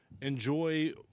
Enjoy